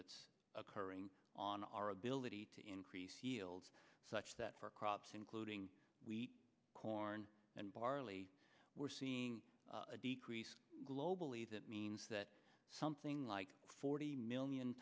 that's occurring on our ability to increase yields such that for crops including we eat corn and barley we're seeing a decrease globally that means that something like forty million